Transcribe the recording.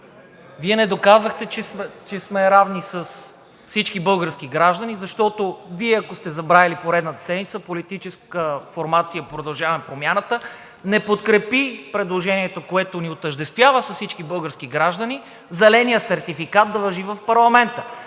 Вие не доказахте, че сме равни с всички български граждани, защото, ако сте забравили, предната седмица политическа формация „Продължаваме Промяната“ не подкрепи предложението, което ни отъждествява с всички български граждани – зеленият сертификат да важи и в парламента.